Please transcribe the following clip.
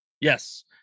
Yes